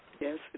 Yes